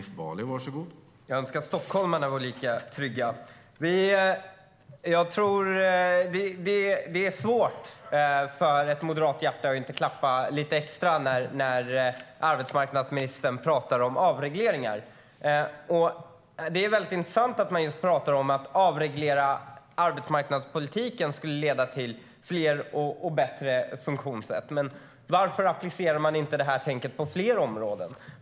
Herr talman! Jag önskar att stockholmarna kände sig lika trygga. Det är svårt för ett moderat hjärta att inte klappa lite extra när arbetsmarknadsministern talar om avregleringar. Det är intressant att hon säger att en avreglering av arbetsmarknadspolitiken skulle leda till fler och bättre funktionssätt. Varför applicerar man det inte på fler områden?